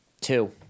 Two